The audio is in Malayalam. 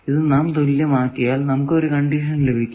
ഇത് നാം തുല്യമാക്കിയാൽ നമുക്ക് ഒരു കണ്ടിഷൻ ലഭിക്കും